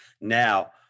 Now